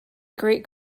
great